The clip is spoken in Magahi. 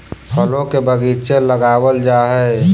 फलों के बगीचे लगावल जा हई